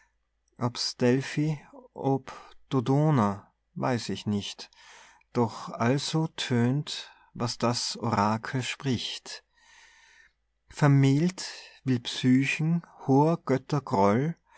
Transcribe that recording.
ob's delphi ob dodona weiß ich nicht doch also tönt was das orakel spricht vermählt will psychen hoher götter